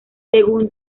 según